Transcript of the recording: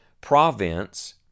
province